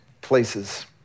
places